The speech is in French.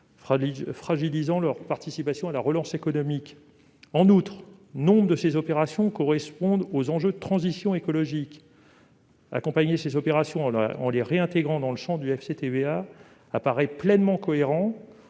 fait leur participation à la relance économique. En outre, nombre de ces opérations correspondent à des enjeux de transition écologique. Accompagner ces opérations en les réintégrant dans le champ du FCTVA apparaît donc pleinement cohérent